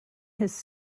his